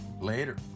Later